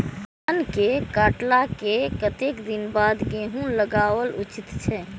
धान के काटला के कतेक दिन बाद गैहूं लागाओल उचित छे?